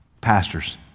pastors